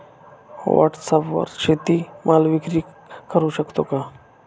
व्हॉटसॲपवर शेती माल विक्री करु शकतो का?